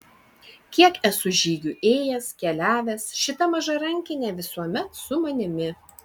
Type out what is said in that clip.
kiek esu žygių ėjęs keliavęs šita maža rankinė visuomet su manimi